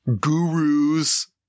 gurus